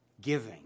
giving